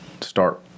start